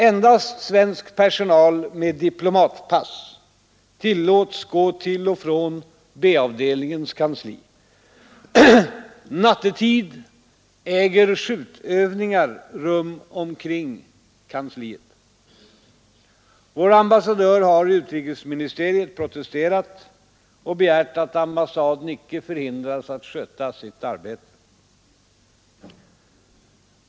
Endast svensk personal med diplomatpass tillåts gå till och från B-avdelningens kansli. Nattetid äger skjutövningar rum omkring kansliet. Vår ambassadör har i utrikesministeriet protesterat och begärt att ambassaden icke förhindras att sköta sitt arbete.